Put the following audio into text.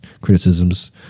criticisms